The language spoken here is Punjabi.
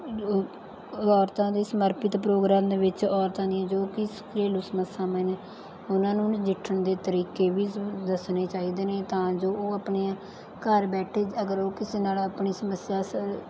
ਔਰਤਾਂ ਦੇ ਸਮਰਪਿਤ ਪ੍ਰੋਗਰਾਮ ਦੇ ਵਿੱਚ ਔਰਤਾਂ ਦੀਆਂ ਜੋ ਕਿ ਘਰੇਲੂ ਸਮੱਸਿਆਵਾਂ ਨੇ ਉਹਨਾਂ ਨੂੰ ਨਜਿੱਠਣ ਦੇ ਤਰੀਕੇ ਵੀ ਜ਼ ਦੱਸਣੇ ਚਾਹੀਦੇ ਨੇ ਤਾਂ ਜੋ ਉਹ ਆਪਣੇ ਘਰ ਬੈਠੇ ਅਗਰ ਉਹ ਕਿਸੇ ਨਾਲ ਆਪਣੀ ਸਮੱਸਿਆ ਸ